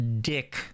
dick